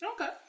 Okay